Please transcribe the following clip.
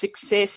success